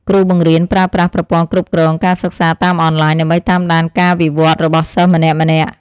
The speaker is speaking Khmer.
គ្រូបង្រៀនប្រើប្រាស់ប្រព័ន្ធគ្រប់គ្រងការសិក្សាតាមអនឡាញដើម្បីតាមដានការវិវត្តរបស់សិស្សម្នាក់ៗ។